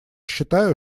считаю